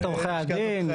לשכת עורכי הדין.